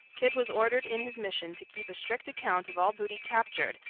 kidd was ordered in his mission to keep a strict account of all booty captured,